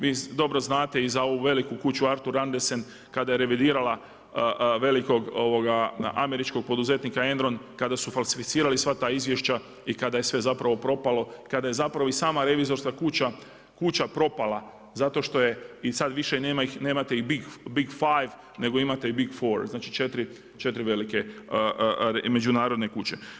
Vi dobro znate i za ovu veliku kuću Arthur Andersen kada je revidirala velikog američkog poduzetnika Enron, kada su falsificirali sva ta izvješća i kada je sve zapravo propalo, kada je zapravo i sama revizorska kuća propala zato što je i sada više nemate i Big Five nego imate i Big Four, znači 4 velike međunarodne kuće.